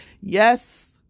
Yes